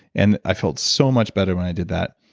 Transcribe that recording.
and i felt so much better when i did that.